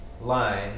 line